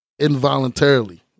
involuntarily